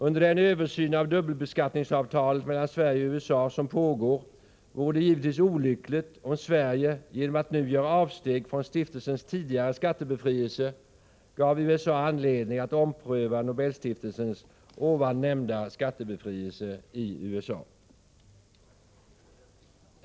Under den översyn av dubbelbeskattningsavtal mellan Sverige och USA som pågår vore det givetvis olyckligt om Sverige genom att nu göra avsteg från stiftelsens tidigare skattebefrielse gav USA anledning att ompröva Nobelstiftelsens ovan nämnda skattebefrielse i USA.